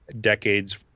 decades